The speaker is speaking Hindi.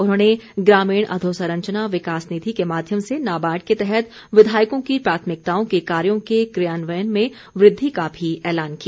उन्होंने ग्रामीण अधोसंरचना विकास निधि के माध्यम से नाबार्ड के तहत विधायकों की प्राथमिकताओं के कार्यों के क्रियान्वयन में वृद्धि का भी ऐलान किया